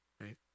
right